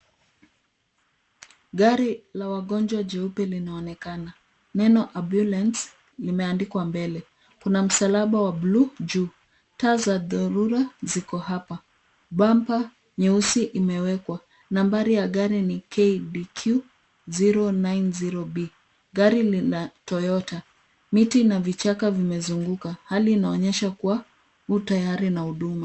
Gari la wagonjwa jeupe linaonekana. Neno Ambulance limeandikwa mbele. Kuna msalaba wa buluu juu. Taa za dharura ziko hapa. Bampa nyeusi imewekwa. Nambari ya gari ni KDQ 090 B. Gari ni la Toyota. Miti ina vichaka vimezunguka. Hali inaonyesha kuwa huu tayari ina huduma.